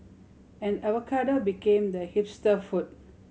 and avocado became the hipster food